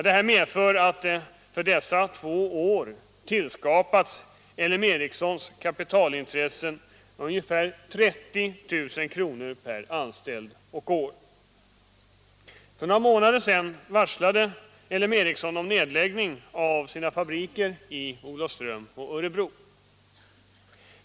Detta medför att under dessa två år tillförs LM Ericssons kapitalintressen ungefär 30 000 kr. per anställd och år. För några månader sedan varslade LM Ericsson om nedläggning av sina fabriker i Olofström och Örebro.